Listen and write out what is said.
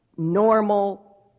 normal